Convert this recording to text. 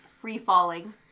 free-falling